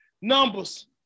Numbers